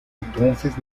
entonces